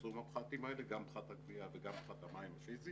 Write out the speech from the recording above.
בצמצום הפחתים האלה גם פחות הגבייה וגם פחת המים הפיזי